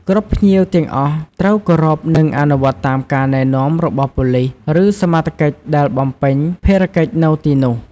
គ្រប់ភ្ញៀវទាំងអស់ត្រូវ គោរព និងអនុវត្តតាមការណែនាំរបស់ប៉ូលិស ឬសមត្ថកិច្ចដែលបំពេញភារកិច្ចនៅទីនោះ។